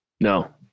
No